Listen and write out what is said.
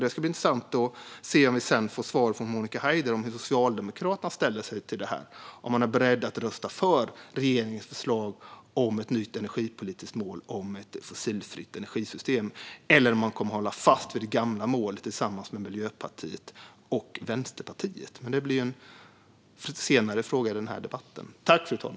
Det ska bli intressant att se om det kommer ett svar från Monica Haider på hur Socialdemokraterna ställer sig till detta. Är de beredda att rösta för regeringens förslag om ett nytt energipolitiskt mål om ett fossilfritt energisystem, eller kommer de - tillsammans med Miljöpartiet och Vänsterpartiet - att hålla fast vid det gamla målet? Det blir en senare fråga i debatten.